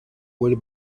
will